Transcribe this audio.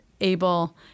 able